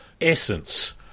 essence